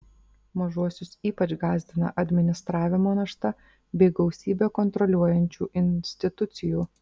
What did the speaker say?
mažuosius ypač gąsdina administravimo našta bei gausybė kontroliuojančių institucijų